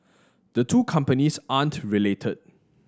the two companies aren't related